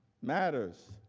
matters.